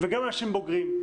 וגם אנשים בוגרים.